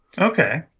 Okay